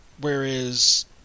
Whereas